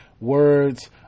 words